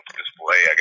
display